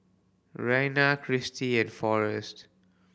Rayna Kristy and Forest